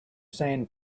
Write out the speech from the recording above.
sand